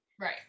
right